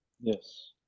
Yes